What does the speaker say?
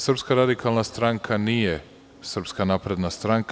Srpska radikalna stranka nije Srpska napredna stranka.